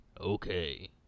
Okay